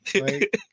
right